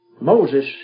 Moses